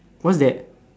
what is that